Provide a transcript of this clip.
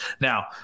Now